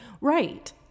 Right